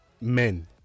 men